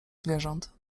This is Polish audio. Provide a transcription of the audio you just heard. zwierząt